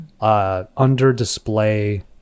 under-display